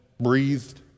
breathed